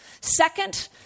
Second